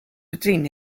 between